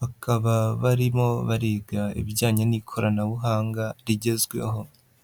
bakaba barimo bariga ibijyanye n'ikoranabuhanga rigezweho.